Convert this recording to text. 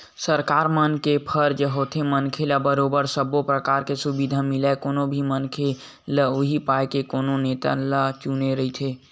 सरकार मन के फरज होथे के मनखे ल बरोबर सब्बो परकार के सुबिधा मिलय कोनो भी मनखे ह उहीं पाय के कोनो नेता ल चुने रहिथे